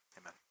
amen